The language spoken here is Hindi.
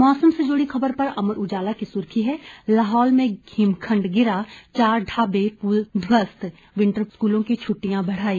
मौसम से जुड़ी खबर पर अमर उजाला की सुर्खी है लाहौल में हिमखंड गिरा चार ढाबे पुल ध्वस्त विंटर स्कूलों की छूटिटयां बढ़ाई